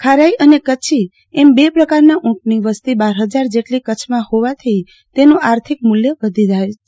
ખારાઈ અને કચ્છી એમ બે પ્રકારના ઊંટની વસતિ બાર હજાર જેટલી કચ્છમાં હોવાથી તેનું આર્થિક મૂલ્ય વધી જાય છે